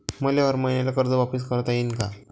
मले हर मईन्याले कर्ज वापिस करता येईन का?